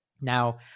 Now